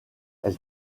elle